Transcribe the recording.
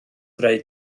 greu